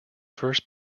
first